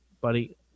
buddy